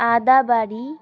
আদাবড়ি